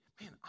man